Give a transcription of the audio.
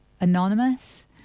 anonymous